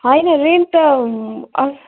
हैन रेन्ट त अस्